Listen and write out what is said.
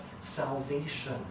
salvation